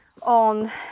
on